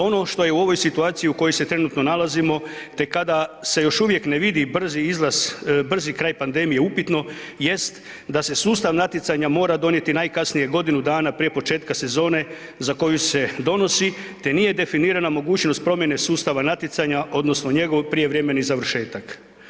Ono što je u ovoj situaciji u kojoj se trenutno nalazimo te kada se još uvijek ne vidi brzi izlaz, brzi kraj pandemije je upitno jest da se sustav natjecanja mora donijeti najkasnije godinu dana prije početka sezone za koju se donosi te nije definirana mogućnost promjene sustava natjecanja odnosno njegov prijevremeni završetak.